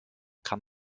kann